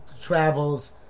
travels